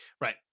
right